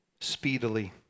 speedily